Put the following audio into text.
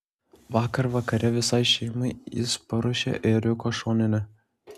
vakar vakare visai šeimai jis paruošė ėriuko šoninę